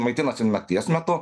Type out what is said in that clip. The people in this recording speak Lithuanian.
maitinosi nakties metu